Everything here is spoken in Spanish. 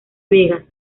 vegas